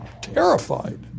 terrified